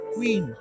Queen